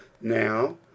Now